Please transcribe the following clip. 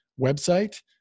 website